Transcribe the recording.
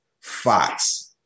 Fox